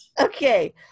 Okay